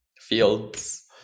fields